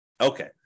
Okay